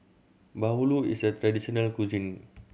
bahulu is a traditional cuisine